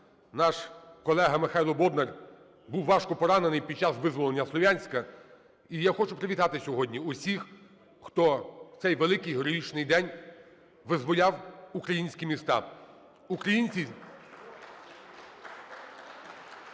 Наш колега Михайло Бондар був важко поранений під час визволення Слов'янська. І я хочу привітати сьогодні всіх, хто в цей великий героїчний день визволяв українські міста. (Оплески)